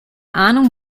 ahnung